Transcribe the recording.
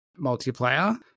multiplayer